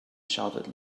shouted